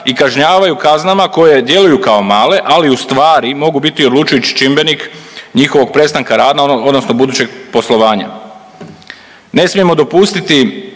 i kažnjavaju kaznama koje djeluju kao male, ali u stvari mogu biti odlučujući čimbenik njihovog prestanka rada, odnosno budućeg poslovanja.